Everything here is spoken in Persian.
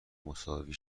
مساوی